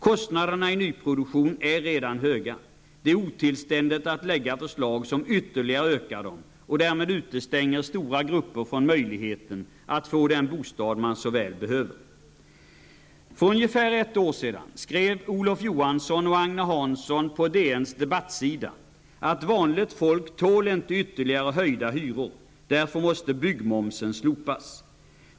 Kostnaderna i nyproduktionen är redan höga. Det är otillständigt att lägga fram förslag som ytterligare ökar dem och därmed utestänger stora grupper från möjligheten att få den bostad som de så väl behöver. För ungefär ett år sedan skrev Olof Johansson och Agne Hansson på DNs debattsida att vanligt folk inte tål ytterligare höjningar av hyrorna och att byggmomsen därför måste slopas.